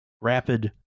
rapid